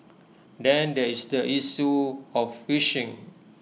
then there is the issue of fishing